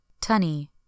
Tunny